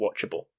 watchable